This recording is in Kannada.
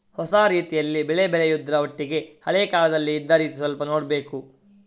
ಹೊಸ ರೀತಿಯಲ್ಲಿ ಬೆಳೆ ಬೆಳೆಯುದ್ರ ಒಟ್ಟಿಗೆ ಹಳೆ ಕಾಲದಲ್ಲಿ ಇದ್ದ ರೀತಿ ಸ್ವಲ್ಪ ನೋಡ್ಬೇಕು